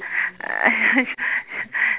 uh